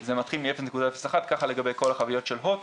זה מתחיל מ-0.01, ככה לגבי כל החבילות של הוט.